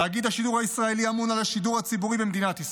תאגיד השידור הישראלי אמון על השידור הציבורי במדינת ישראל.